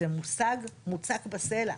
זה מושג מוצק בסלע.